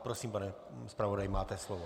Prosím, pane zpravodaji, máte slovo.